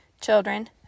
Children